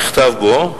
נכתב בו,